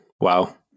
Wow